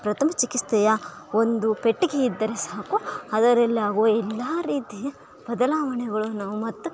ಪ್ರಥಮ ಚಿಕಿತ್ಸೆಯ ಒಂದು ಪೆಟ್ಟಿಗೆ ಇದ್ದರೆ ಸಾಕು ಅದರಲ್ಲಾಗುವ ಎಲ್ಲ ರೀತಿಯ ಬದಲಾವಣೆಗಳನ್ನು ಮತ್ತು